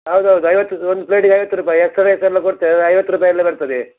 ಹೌದ್ ಹೌದ್ ಐವತ್ತು ಒಂದು ಪ್ಲೇಟಿಗೆ ಐವತ್ತು ರೂಪಾಯಿ ಎಕ್ಸ್ಟ್ರ ರೈಸ್ ಎಲ್ಲ ಕೊಡ್ತೇವೆ ಐವತ್ತು ರೂಪಾಯಲ್ಲೇ ಬರ್ತದೆ